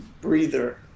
breather